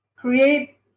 create